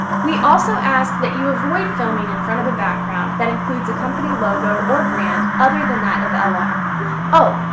we also ask that you avoid filming in front of a background that includes a company logo or brand other than that of ah oh,